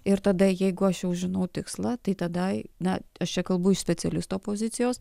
ir tada jeigu aš jau žinau tikslą tai tada na aš čia kalbu iš specialisto pozicijos